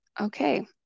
Okay